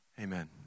Amen